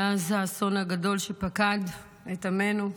מאז האסון הגדול שפקד את עמנו,